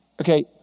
okay